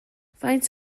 faint